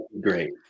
Great